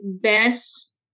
best